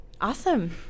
Awesome